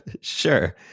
Sure